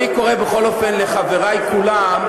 אני קורא בכל אופן לחברי כולם,